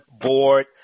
Board